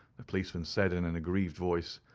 the policeman said, in an aggrieved voice.